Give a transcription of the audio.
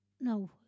no